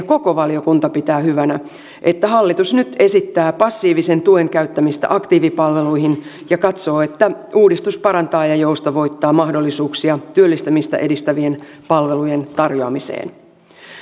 koko valiokunta pitää hyvänä että hallitus nyt esittää passiivisen tuen käyttämistä aktiivipalveluihin ja katsoo että uudistus parantaa ja joustavoittaa mahdollisuuksia työllistämistä edistävien palvelujen tarjoamiseen